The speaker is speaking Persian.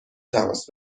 تماس